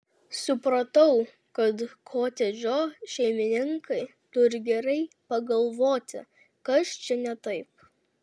supratau kad kotedžo šeimininkai turi gerai pagalvoti kas čia ne taip